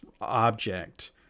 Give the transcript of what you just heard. object